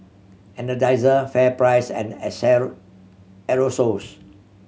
Energizer FairPrice and Aerosoles